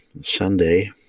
Sunday